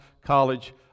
College